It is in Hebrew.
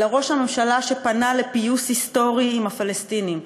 אלא ראש הממשלה שפנה לפיוס היסטורי עם הפלסטינים,